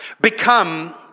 become